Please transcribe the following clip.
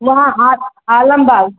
वहाँ आल आलमबाग़